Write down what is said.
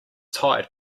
tired